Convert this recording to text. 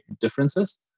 differences